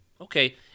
Okay